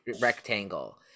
rectangle